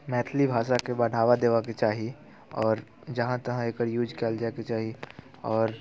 मैथिली भाषाके बढ़ावा देबऽके चाही आओर जहाँ तहाँ एकर यूज कयल जाइके चाही आओर